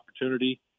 opportunity